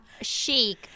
chic